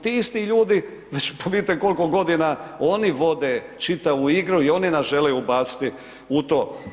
Ti isti ljudi pa vidite koliko godina oni vode čitavu igru i oni nas žele ubaciti u to.